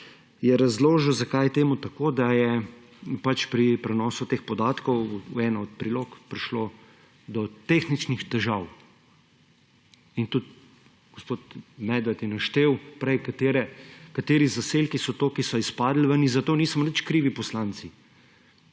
je razložil, zakaj je temu tako; da je pri prenosu teh podatkov v eni od prilog prišlo do tehničnih težav. Tudi gospod Medved je naštel prej, kateri zaselki so to, ki so izpadli ven, in zato nismo nič krivi poslanci.